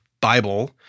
Bible